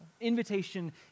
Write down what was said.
Invitation